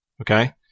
Okay